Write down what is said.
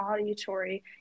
auditory